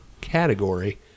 category